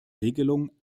regelung